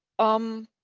um.